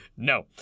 No